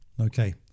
okay